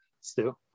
Stu